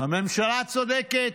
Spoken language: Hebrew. הממשלה צודקת,